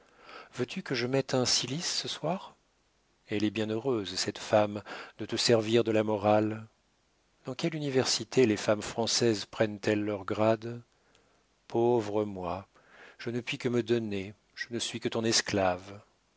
veux-tu que je mette un cilice ce soir elle est bien heureuse cette femme de te servir de la morale dans quelle université les femmes françaises prennent elles leurs grades pauvre moi je ne puis que me donner je ne suis que ton esclave